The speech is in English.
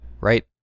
right